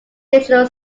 digital